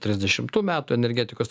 trisdešimtų metų energetikos